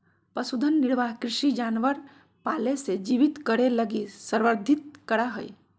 पशुधन निर्वाह कृषि जानवर पाले से जीवित करे लगी संदर्भित करा हइ